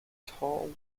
tall